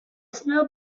snow